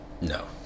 No